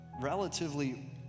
relatively